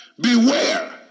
Beware